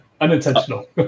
Unintentional